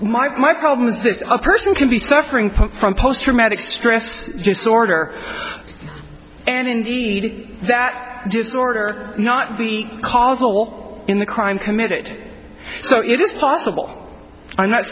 my problem is this a person can be suffering from post traumatic stress disorder and indeed that just order not be causal in the crime committed so it is possible i'm not